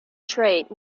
trait